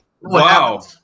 Wow